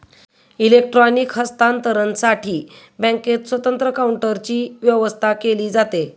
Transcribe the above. electronic हस्तांतरणसाठी बँकेत स्वतंत्र काउंटरची व्यवस्था केली जाते